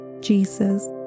Jesus